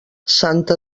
santa